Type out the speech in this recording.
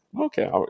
okay